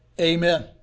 Amen